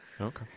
Okay